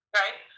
right